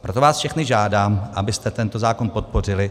Proto vás všechny žádám, abyste tento zákon podpořili.